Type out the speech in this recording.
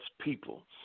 people